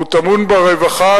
וטמון ברווחה,